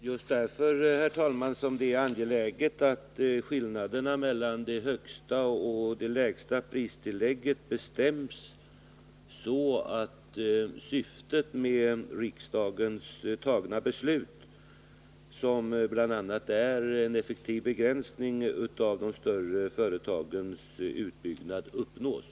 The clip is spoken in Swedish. Herr talman! Det är just därför som det är angeläget att skillnaden mellan det högsta och det lägsta pristillägget bestäms så, att syftet med riksdagens beslut, som bl.a. är en effektiv begränsning av de större företagens utbyggnad, uppnås.